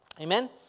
Amen